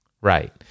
Right